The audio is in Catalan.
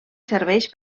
serveix